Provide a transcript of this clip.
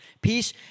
Peace